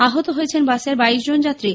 আহত হয়েছেন বাসের বাইশ জন যাত্রী